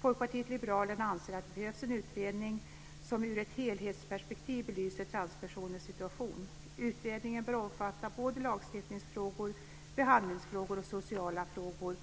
Folkpartiet liberalerna anser att det behövs en utredning som ur ett helhetsperspektiv belyser transpersoners situation. Utredningen bör omfatta både lagstiftningsfrågor, behandlingsfrågor och sociala frågor